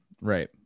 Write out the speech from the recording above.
Right